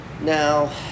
now